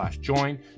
join